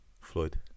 Floyd